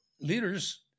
leaders